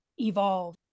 evolve